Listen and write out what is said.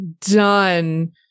done